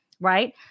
Right